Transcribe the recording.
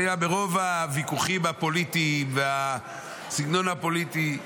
מרוב הוויכוחים הפוליטיים והסגנון הפוליטי,